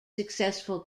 successful